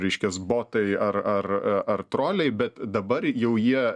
reiškias botai ar ar ar troliai bet dabar jau jie